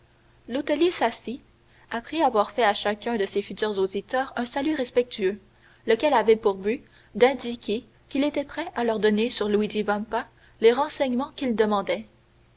l'hôtelier s'assit après avoir fait à chacun de ses futurs auditeurs un salut respectueux lequel avait pour but d'indiquer qu'il était prêt à leur donner sur luigi vampa les renseignements qu'ils demandaient